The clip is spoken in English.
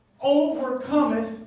overcometh